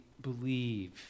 believe